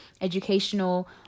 educational